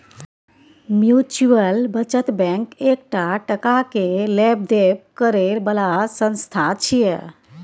mutual बचत bank एकटा टका के लेब देब करे बला संस्था छिये